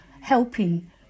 helping